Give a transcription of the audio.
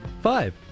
Five